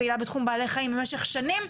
כפעילה בתחום בעלי החיים במשך שנים?